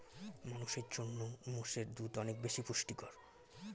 মানুষের জন্য মোষের দুধ অনেক বেশি পুষ্টিকর